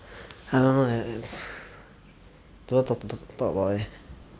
I don't know eh don't know talk to talk talk about leh